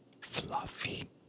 fluffy